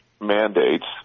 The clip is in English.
mandates